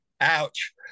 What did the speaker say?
Ouch